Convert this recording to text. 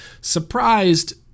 surprised